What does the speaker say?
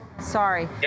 Sorry